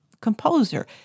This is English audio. composer